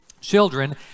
Children